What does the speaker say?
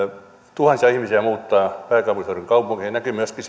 tuhansia ihmisiä muuttaa pääkaupunkiseudun kaupunkeihin se näkyy myöskin